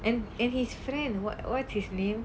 and and his friend what what's his name